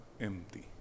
empty